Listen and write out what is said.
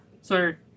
sorry